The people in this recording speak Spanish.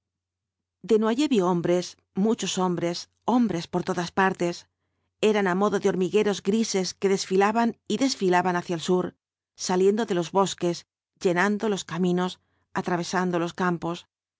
desnoyers vio hombres muchos hombres hombres por todas partes eran á modo de hormigueros grises que desfilaban y desfilaban hacia el sur saliendo de los bosques llenando los caminos atravesando los campos